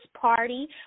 party